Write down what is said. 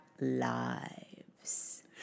lives